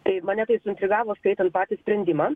tai mane tai suintrigavo skaitant patį sprendimą